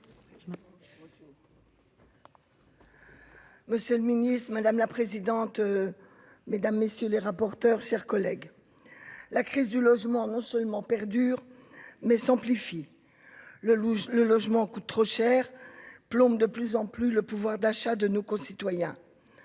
Monsieur le Ministre, madame la présidente, mesdames, messieurs les rapporteurs, chers collègues, la crise du logement non seulement perdure mais s'amplifie le le logement coûte trop cher, plombe de plus en plus le pouvoir d'achat de nos concitoyens,